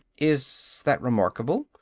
is that remarkable?